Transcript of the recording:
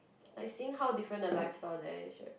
like seeing how different the lifestyle there is right